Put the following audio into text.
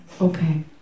okay